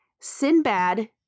Sinbad